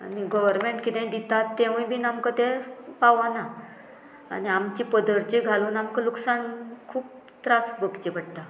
आनी गव्हरमेंट किदें दितात तेवूय बीन आमकां तें पावना आनी आमची पदरचे घालून आमकां लुकसाण खूब त्रास भोगचे पडटा